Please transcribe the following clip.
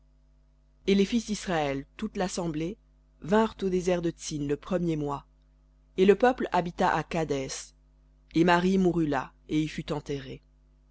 et les fils d'israël toute l'assemblée vinrent au désert de tsin le premier mois et le peuple habita à kadès et marie mourut là et y fut enterrée